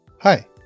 Hi